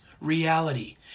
reality